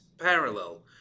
parallel